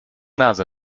nase